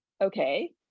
Okay